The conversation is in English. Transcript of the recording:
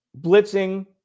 blitzing